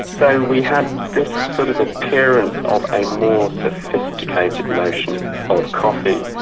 so we had this sort of appearance of a more sophisticated notion of coffee,